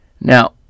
Now